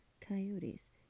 coyotes